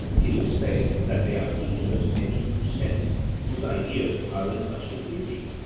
can you say that they are teachers in any true sense whose ideas are in such confusion?